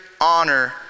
honor